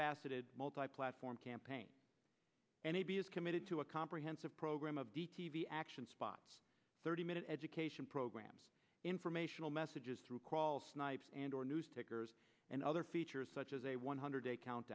faceted multi platform campaign and he is committed to a comprehensive program of the t v action spot thirty minute education programs informational messages through crawl snipes and or new stickers and other features such as a one hundred a count